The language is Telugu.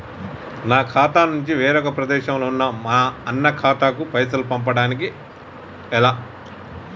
నా ఖాతా నుంచి వేరొక ప్రదేశంలో ఉన్న మా అన్న ఖాతాకు పైసలు పంపడానికి ఎలా?